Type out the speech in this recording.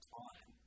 time